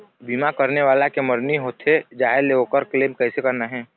बीमा करने वाला के मरनी होथे जाय ले, ओकर क्लेम कैसे करना हे?